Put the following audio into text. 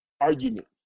argument